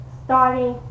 starting